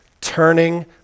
turning